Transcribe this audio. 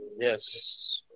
Yes